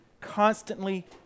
constantly